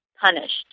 punished